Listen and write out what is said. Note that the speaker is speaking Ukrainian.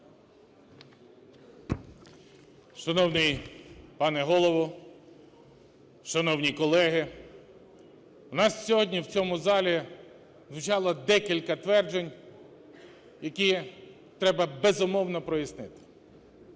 Шановний пане Голово! Шановні колеги! У нас сьогодні в цьому залі звучало декілька тверджень, які треба, безумовно, прояснити.